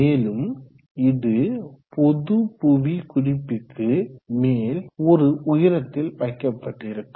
மேலும் இது பொது புவி குறிப்பிக்கு மேல் ஒரு உயரத்தில் வைக்கப்பட்டிருக்கும்